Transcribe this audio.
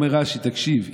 אומר רש"י: תקשיב,